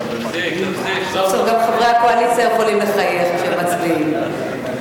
סוף-סוף גם חברי הקואליציה יכולים לחייך כשהם מצביעים.